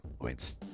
points